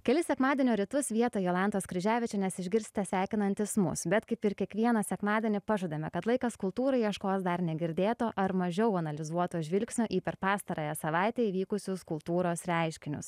kelis sekmadienio rytus vietoj jolantos kryževičienės išgirsite sveikinantis mus bet kaip ir kiekvieną sekmadienį pažadame kad laikas kultūrai ieškos dar negirdėto ar mažiau analizuoto žvilgsnio į per pastarąją savaitę įvykusius kultūros reiškinius